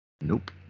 Nope